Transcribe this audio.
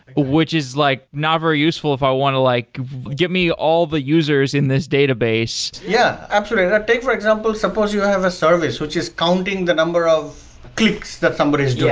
which is like not very useful if i want to like give me all the users in this database. yeah, absolutely. like take for example supposed you have a service, which is counting the number of clicks that somebody id doing.